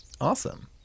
Awesome